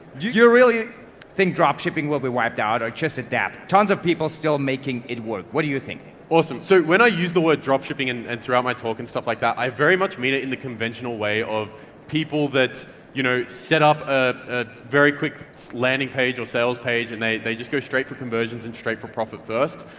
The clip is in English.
do you really think dropshipping will be wiped out or just adapt? tons of people still making it work. what do you think? awesome. so when i use the word dropshipping and and throughout my talk and stuff like that, i very much mean it in the conventional way of people that you know set up a very quick landing page or sales page and they they just go straight for conversions and straight for profit first.